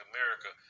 America